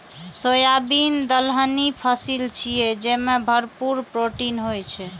soybean दलहनी फसिल छियै, जेमे भरपूर प्रोटीन होइ छै